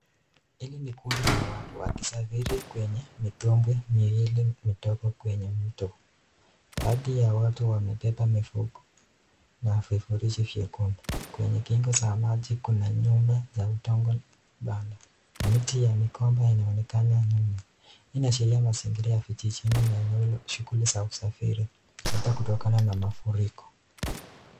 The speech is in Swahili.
Hili ni kundi la watu wakisafiri kwenye mitumbwi miwili midogo kwenye mto, baadhi ya watu wamebeba mifugo na vifurishi vyekundu kwenye kingo za maji kuna nyumba ya udongo kando na miti ya mgomba unaonekana nyuma. Hii inaashiria mazingira ya kijijini na shughuli za usafiri labda kutokana na mafuriko.